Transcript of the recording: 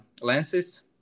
lenses